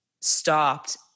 stopped